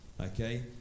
Okay